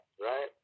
right